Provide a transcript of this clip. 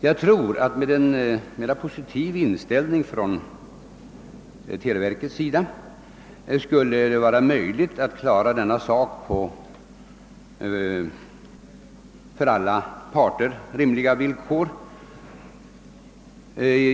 Jag tror att det med en mera positiv inställning hos televerket skulle vara möjligt att ordna denna fråga på för alla parter rimliga villkor.